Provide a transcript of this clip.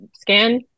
scan